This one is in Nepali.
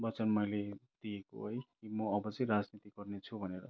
वचन मैले दिएको है म अब चाहिँ राजनीति गर्नेछु भनेर